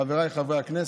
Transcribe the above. חבריי חברי הכנסת,